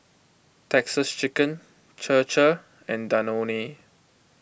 Texas Chicken Chir Chir and Danone